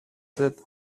that